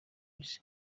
isi